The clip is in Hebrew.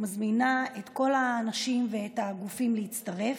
ואני מזמינה את כל האנשים ואת הגופים להצטרף.